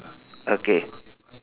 okay